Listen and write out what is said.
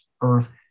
earth